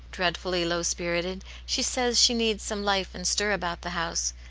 dreadfully low spirited. she says she needi some life and stir about the house.